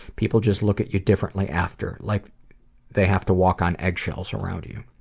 people just look at your differently after. like they have to walk on eggshells around you.